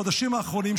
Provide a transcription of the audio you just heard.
בחודשים האחרונים,